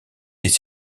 les